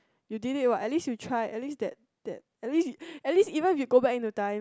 you did it at least you try at least that that at least you at least even you go back into time